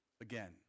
again